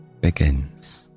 begins